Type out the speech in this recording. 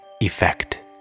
effect